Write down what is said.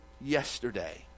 yesterday